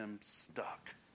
stuck